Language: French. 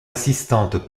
assistante